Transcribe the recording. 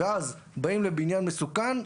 ואז באים לבניין מסוכן,